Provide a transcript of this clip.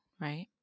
right